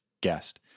guest